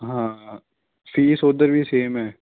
ਹਾਂ ਫੀਸ ਉੱਧਰ ਵੀ ਸੇਮ ਹੈ